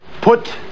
put